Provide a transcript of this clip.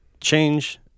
change